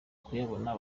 kuyabona